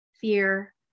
fear